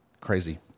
Crazy